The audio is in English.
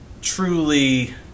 truly